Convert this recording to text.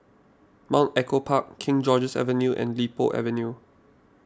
Mount Echo Park King George's Avenue and Li Po Avenue